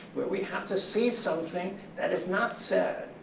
where we have to see something that is not said,